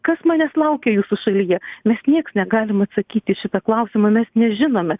kas manęs laukia jūsų šalyje mes nieks negalim atsakyti į šitą klausimą mes nežinome